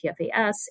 PFAS